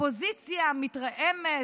האופוזיציה מתרעמת,